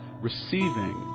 receiving